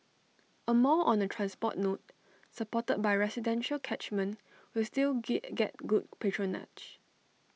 A mall on A transport node supported by residential catchment will still get good patronage